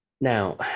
Now